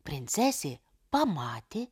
princesė pamatė